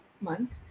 month